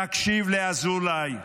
תקשיב לאזולאי,